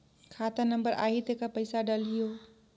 खाता नंबर आही तेकर पइसा डलहीओ?